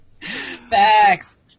Facts